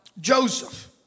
Joseph